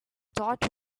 thought